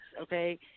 okay